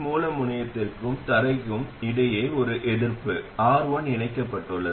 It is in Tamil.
மூல முனையத்திற்கும் தரைக்கும் இடையே ஒரு எதிர்ப்பு R1 இணைக்கப்பட்டுள்ளது